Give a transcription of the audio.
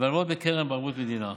והלוואות בקרן בערבות מדינה.